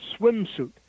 swimsuit